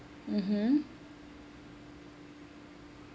mmhmm